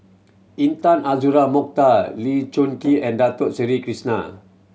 Intan Azura Mokhtar Lee Choon Kee and Dato Sri Krishna